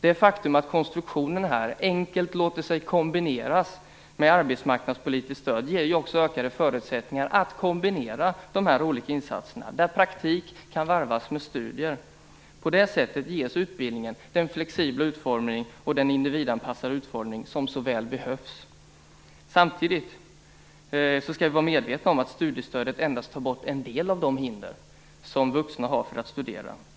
Det faktum att konstruktionen enkelt låter sig kombineras med arbetsmarknadspolitiskt stöd ger också ökade förutsättningar att kombinera de olika insatserna, där praktik kan varvas med studier. På det sättet ges utbildningen den flexibla och individanpassade utformning som så väl behövs. Samtidigt skall vi vara medvetna om att studiestödet endast tar bort en del av de hinder som vuxna har för att studera.